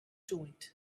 joint